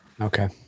Okay